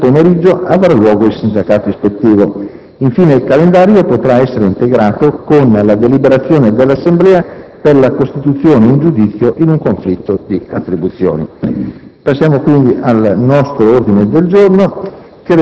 Nel pomeriggio avrà luogo il sindacato ispettivo. Infine, il calendario potrà essere integrato con la deliberazione dell'Assemblea per la costituzione in giudizio in un conflitto di attribuzioni. **Programma dei lavori